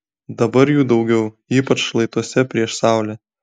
dabar jų daugiau ypač šlaituose prieš saulę